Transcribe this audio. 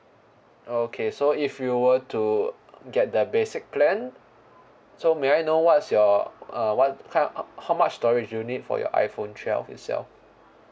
okay so if you were to uh get the basic plan so may I know what's your uh what type how how much storage you need for your iPhone twelve itself